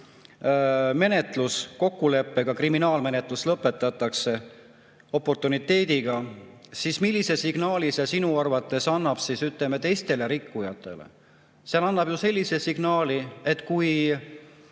menetlus kokkuleppega, kriminaalmenetlus lõpetatakse oportuniteediga. Millise signaali see sinu arvates annab, ütleme, teistele rikkujatele? See annab ju sellise signaali, et kui